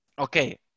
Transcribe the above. Okay